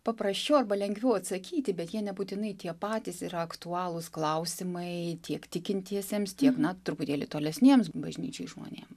paprasčiau arba lengviau atsakyti bet jie nebūtinai tie patys yra aktualūs klausimai tiek tikintiesiems tiek na truputėlį tolesniems bažnyčiai žmonėm